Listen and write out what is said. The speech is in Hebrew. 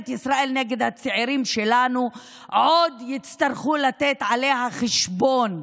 ישראל נגד הצעירים שלנו עוד יצטרכו לתת עליה חשבון,